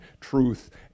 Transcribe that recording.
truth